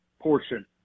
portion